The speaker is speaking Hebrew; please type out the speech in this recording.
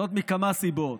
זאת, מכמה סיבות: